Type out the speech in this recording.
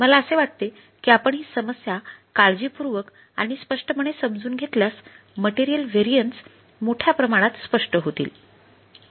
मला असे वाटते की आपण ही समस्या काळजीपूर्वक आणि स्पष्टपणे समजून घेतल्यास मटेरियल व्हेरिएन्स मोठ्या प्रमाणात स्पष्ट होतील